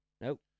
Nope